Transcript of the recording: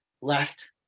left